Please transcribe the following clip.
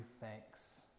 thanks